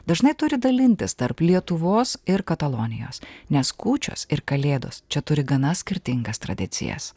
dažnai turi dalintis tarp lietuvos ir katalonijos nes kūčios ir kalėdos čia turi gana skirtingas tradicijas